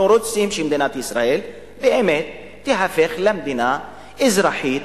אנחנו רוצים שמדינת ישראל באמת תיהפך למדינה אזרחית,